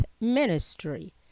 ministry